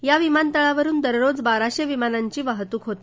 या विमान तळावरुन दररोज बाराशे विमानांची वाहतूक होते